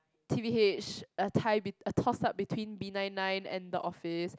T_V H a tie bet~ a toss up between B nine nine and the Office